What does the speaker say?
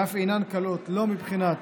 והן אף אינן קלות, לא מבחינת